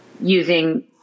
using